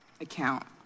account